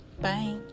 bye